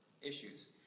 issues